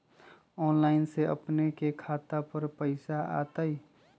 Online से अपने के खाता पर पैसा आ तई?